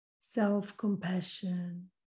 self-compassion